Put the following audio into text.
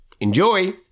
Enjoy